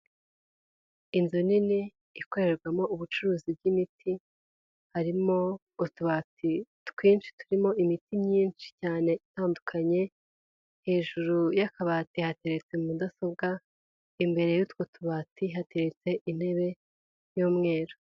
Inzu nini ikorerwamo ubucuruzi bw'imiti harimo utubati twinshi turimo imiti myinshi cyane itandukanye hejuru y'akabati hatereretse mudasobwa imbere y'utwo tubati hateretse intebe y'umweru.